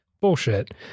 bullshit